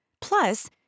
Plus